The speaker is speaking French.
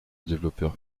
développeur